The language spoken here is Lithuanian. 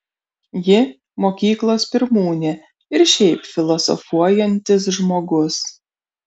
ji mokyklos pirmūnė ir šiaip filosofuojantis žmogus